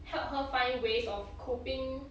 help her find ways of coping